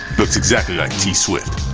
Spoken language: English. looks exactly like t swift.